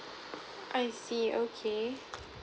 I see okay